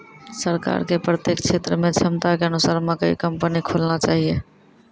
सरकार के प्रत्येक क्षेत्र मे क्षमता के अनुसार मकई कंपनी खोलना चाहिए?